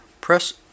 press